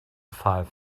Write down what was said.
five